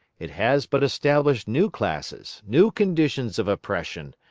it has but established new classes, new conditions of oppression,